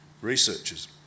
researchers